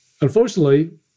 Unfortunately